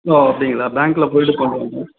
ஓ அப்படிங்களா பேங்க்கில் போய்ட்டு பண்ணணுமா